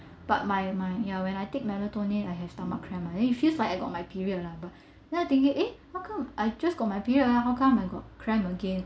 but my my ya when I take melatonin I have stomach cramp lah then it feels like I got my period lah but now thinking [eh]how come I I just got my period lah how come I got cramp again